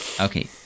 Okay